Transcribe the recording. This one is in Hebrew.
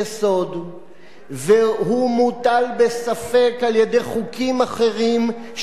והוא מוטל בספק על-ידי חוקים אחרים שמכרסמים בו,